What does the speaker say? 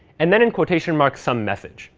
and then, in quotation marks, some message.